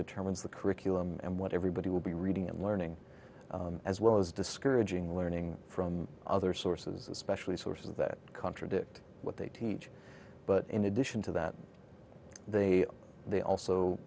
determines the curriculum and what everybody will be reading and learning as well as discouraging learning from other sources especially sources that contradict what they teach but in addition to that they they also